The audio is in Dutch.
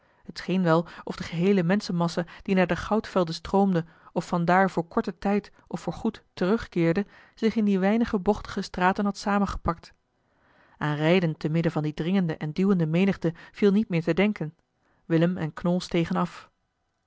t scheen wel of de geheele menschenmassa die naar de goudvelden stroomde of van daar voor korten tijd of voor goed terugkeerde zich in die weinige bochtige straten had samengepakt aan rijden te midden van die dringende en duwende menigte viel niet meer te denken willem en knol stegen af